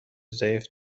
ضعیف